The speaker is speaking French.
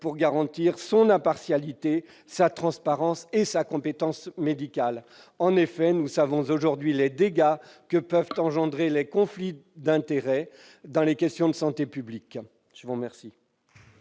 pour garantir son impartialité, sa transparence et sa compétence médicale. En effet, nous savons aujourd'hui les dégâts que peuvent engendrer les conflits d'intérêts dans les questions de santé publique. La parole